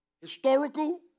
historical